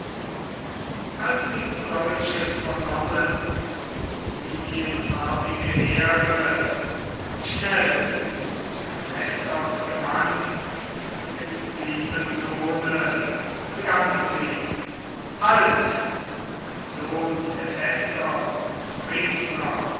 als sie solches vernommen die lilienarmige here schnell zu hephästos gewandt dem lieben sohne begann sie halt mein sohn hephästos gepriesener